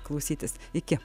klausytis iki